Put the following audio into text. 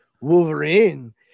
Wolverine